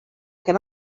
can